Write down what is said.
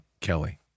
Kelly